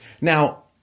Now